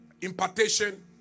impartation